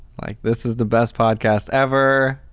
like this is the best podcast ever.